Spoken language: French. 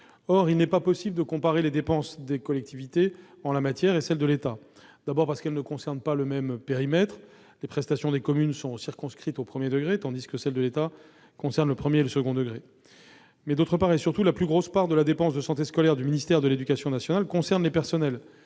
Or il n'est pas possible de comparer les dépenses des collectivités en la matière et celle de l'État, d'abord parce qu'elles ne concernent pas le même périmètre : les prestations des communes sont circonscrites au premier degré, tandis que celles de l'État concernent le premier et le second degré. De plus, et surtout, la plus grosse part de la dépense de santé scolaire du ministère de l'éducation nationale concerne les personnels